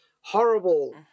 horrible